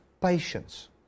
patience